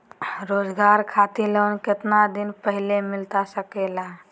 रोजगार खातिर लोन कितने दिन पहले मिलता सके ला?